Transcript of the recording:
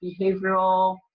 behavioral